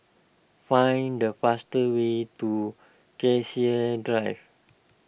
find the faster way to Cassia Drive